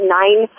nine